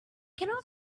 cannot